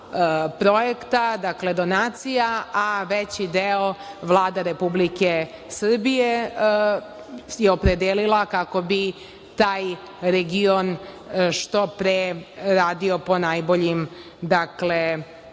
projekta, dakle, donacija, a veći deo Vlada Republike Srbije je opredelila kako bi taj region što pre radio po najboljim